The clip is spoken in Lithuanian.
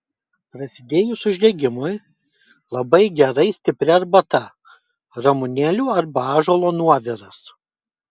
prasidėjus uždegimui labai gerai stipri arbata ramunėlių arba ąžuolo nuoviras